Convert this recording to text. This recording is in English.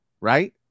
right